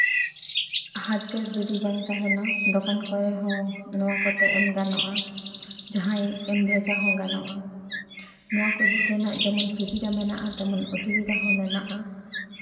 hard case ᱡᱩᱫᱤ ᱵᱟᱝ ᱛᱟᱦᱮᱱᱟ ᱫᱚᱠᱟᱱ ᱠᱚᱨᱮ ᱦᱚᱸ ᱫᱚᱠᱟᱱ ᱠᱚᱛᱮ ᱮᱢ ᱜᱟᱱᱚᱜᱼᱟ ᱡᱟᱦᱟᱸᱭ ᱮᱢ ᱵᱷᱮᱡᱟ ᱦᱚᱸ ᱜᱟᱱᱚᱜᱼᱟ ᱱᱚᱣᱟ ᱠᱚ ᱨᱮᱱᱟᱜ ᱡᱮᱢᱚᱱ ᱥᱩᱵᱤᱫᱟ ᱢᱮᱱᱟᱜᱼᱟ ᱛᱮᱢᱚᱱ ᱚᱥᱩᱵᱤᱫᱟ ᱦᱚᱸ ᱢᱮᱱᱟᱜᱼᱟ